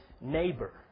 neighbor